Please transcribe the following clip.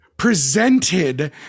Presented